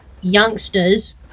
Youngsters